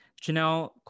Janelle